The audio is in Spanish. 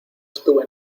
estuve